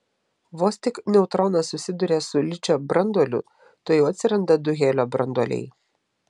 vos tik neutronas susiduria su ličio branduoliu tuojau atsiranda du helio branduoliai